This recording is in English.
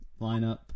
lineup